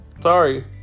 Sorry